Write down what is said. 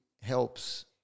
helps